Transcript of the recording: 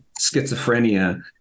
schizophrenia